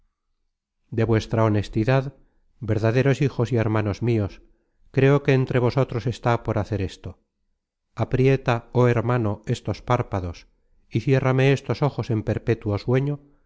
de vuestra honestidad verdaderos hijos y hermanos mios creo que entre vosotros está por hacer esto aprieta oh hermano estos párpados y cierrame estos ojos en perpétuo sueño